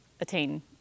attain